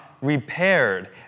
repaired